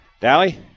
Dally